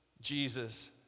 Jesus